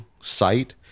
site